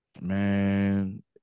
Man